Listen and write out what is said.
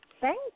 Thank